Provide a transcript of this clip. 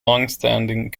longstanding